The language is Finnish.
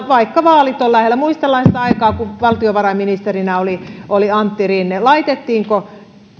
vaikka vaalit on lähellä muistellaan sitä aikaa kun valtiovarainministerinä oli antti rinne laitettiinko